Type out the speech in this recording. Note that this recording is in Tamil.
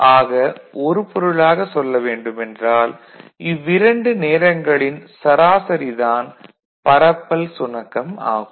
ஆக ஒரு பொருளாக சொல்ல வேண்டுமென்றால் இவ்விரண்டு நேரங்களின் சராசரி தான் பரப்பல் சுணக்கம் ஆகும்